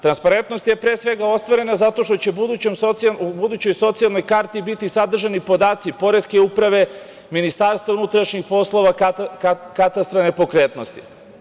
Transparentnost je pre svega ostvarena zato što će u budućoj socijalnoj karti biti sadržani podaci Poreske uprave, MUP-a, Katastra nepokretnosti.